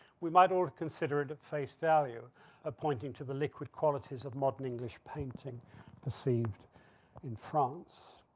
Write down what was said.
we might all consider it at face value appointing to the liquid qualities of modern english painting perceived in france.